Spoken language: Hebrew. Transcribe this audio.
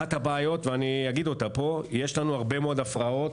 אחת הבעיות היא שיש לנו הרבה מאוד הפרעות.